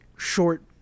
short